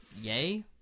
Yay